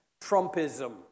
Trumpism